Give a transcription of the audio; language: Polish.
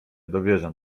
dowierzam